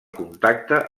contacte